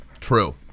True